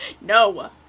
No